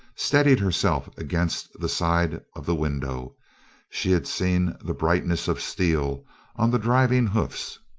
steadied herself against the side of the window she had seen the brightness of steel on the driving hoofs.